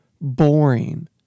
boring